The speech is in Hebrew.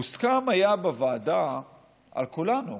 היה מוסכם בוועדה על כולנו,